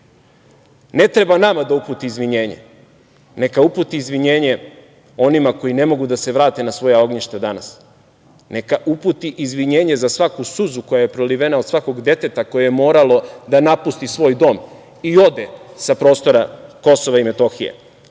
Ne treba nama da uputi izvinjenje, neka uputi izvinjenje onima koji ne mogu da se vrate na svoja ognjišta danas. Neka uputi izvinjenje za svaku suzu koja je prolivena od svakog deteta koje je moralo da napusti svoj i ode sa prostora Kosova i Metohije. Nama